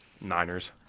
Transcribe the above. Niners